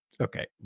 okay